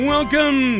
Welcome